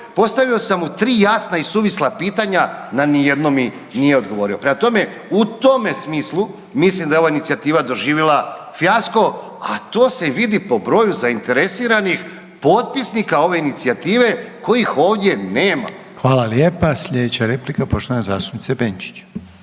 postavio sam mu 3 jasna i suvisla pitanja, na nijedno mi nije odgovorio. Prema tome, u tome smislu mislim da je ova inicijativa doživjela fijasko a to se vidi po broju zainteresiranih potpisnika ove inicijative kojih ovdje nema. **Reiner, Željko (HDZ)** Hvala lijepa. Slijedeća replika, poštovana zastupnica Benčić.